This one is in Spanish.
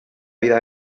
vida